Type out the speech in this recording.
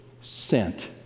sent